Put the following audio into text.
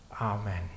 amen